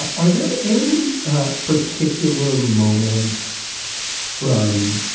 are there any particular moments from